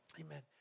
Amen